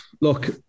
Look